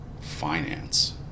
finance